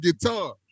guitar